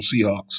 Seahawks